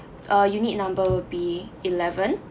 uh unit number would be eleven